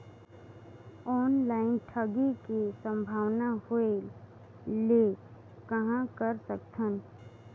Online ठगी के संभावना होय ले कहां कर सकथन?